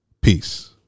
Peace